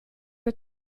der